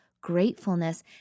gratefulness